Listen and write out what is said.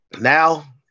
now